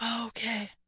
Okay